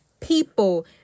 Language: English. people